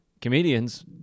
Comedians